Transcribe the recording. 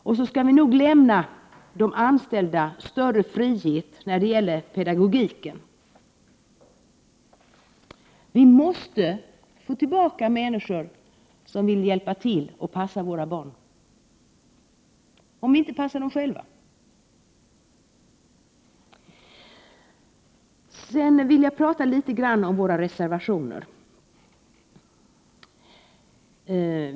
Och så skall vi nog ge de anställda större frihet när det gäller pedagogiken. Vi måste få tillbaka människor som vill hjälpa till att passa våra barn, om vi inte passar dem själva. Sedan vill jag tala litet grand om våra reservationer.